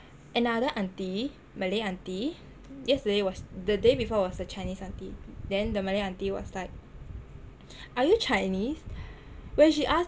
another auntie malay auntie yesterday was the day before was the chinese auntie then the malay auntie was like are you chinese when she asked